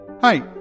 Hi